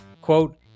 quote